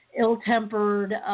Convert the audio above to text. ill-tempered